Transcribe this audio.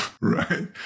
Right